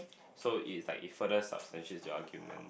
so is like it further substantiates your argument